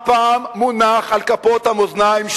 הפעם מונח על כפות המאזניים,